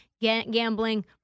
gambling